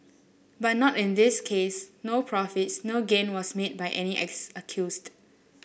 but not in this case no profits no gain was made by any ex accused